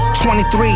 23